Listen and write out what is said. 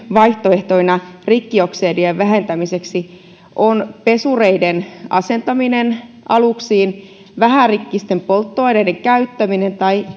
vaihtoehtoina rikkioksidien vähentämiseksi oli pesureiden asentaminen aluksiin vähärikkisten polttoaineiden käyttäminen tai